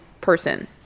person